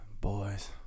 Boys